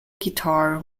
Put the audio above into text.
guitar